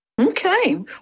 Okay